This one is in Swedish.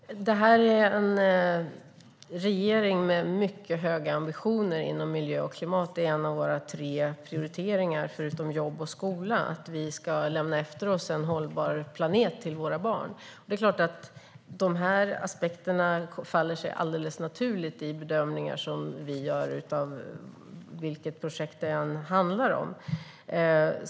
Herr talman! Det här är en regering med mycket höga ambitioner inom miljö och klimat. Det är en av våra tre prioriteringar, förutom jobb och skola - vi ska lämna efter oss en hållbar planet till våra barn. Det är klart att det faller sig alldeles naturligt att ta med de här aspekterna i de bedömningar som vi gör av vilket projekt det än handlar om.